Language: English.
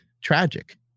tragic